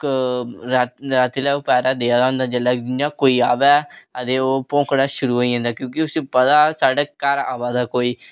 रातीं लै ओह् पैह्रा देआ दा होंदा इं'या कोई आवै ते ओह् भौंकना शुरू होई जंदा क्योंकि उसी पता साढ़े घर आवा दा कोई